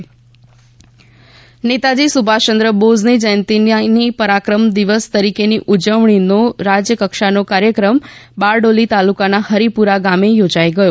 પરાક્રમ દિવસ રાજ્ય નેતાજી સુભાષચંદ્ર બોઝની જયંતીની પરાક્રમ દિવસ તરીકેની ઉજવણીનો રાજ્યકક્ષાનો કાર્યક્રમ બારડોલી તાલુકાના હરિપુરા ગામે યોજાઇ ગયો